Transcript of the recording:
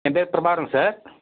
என் பேர் ப்ரபாகரன் சார்